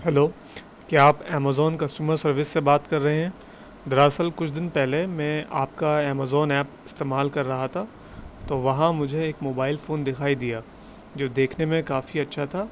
hello کیا آپ Amazon customer service سے بات کر رہے ہیں دراصل کچھ دن پہلے میں آپ کا امیزون ایپ استعمال کر رہا تھا تو وہاں مجھے ایک موبائل فون دکھائی دیا جو دیکھنے میں کافی اچھا تھا